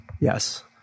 Yes